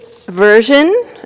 version